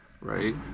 right